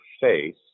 face